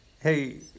Hey